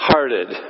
Hearted